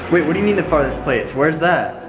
what do you mean the farthest place, where's that?